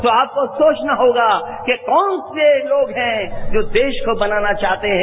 तो आपको सोचना होगा कि कौन से लोग हैं जो देश को बनाना चाहते हैं